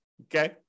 Okay